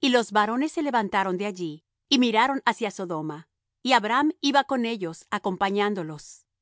y los varones se levantaron de allí y miraron hacia sodoma y abraham iba con ellos acompañándolos